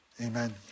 Amen